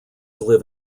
live